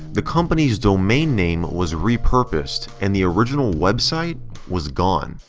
the company's domain name was repurposed, and the original website was gone.